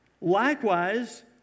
likewise